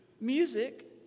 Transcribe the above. music